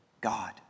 God